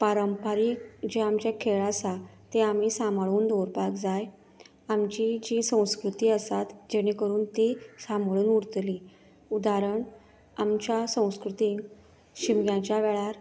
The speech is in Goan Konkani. पारंपारिक जे आमचे खेळ आसा तें आमी सांबाळून दवरपाक जाय आमची जी संस्कृती आसा जेणे करून तीं सांबाळून उरतली उदाहरण आमच्या संस्कृतीन शिमग्याच्या वेळार